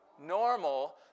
Normal